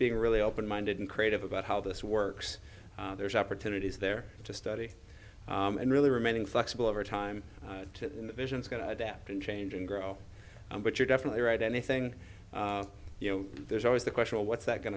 being really open minded and creative about how this works there's opportunities there to study and really remaining flexible over time vision is going to adapt and change and grow but you're definitely right anything you know there's always the question of what's that going